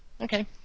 Okay